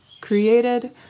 created